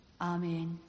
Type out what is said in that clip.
Amen